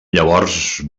llavors